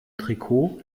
trikot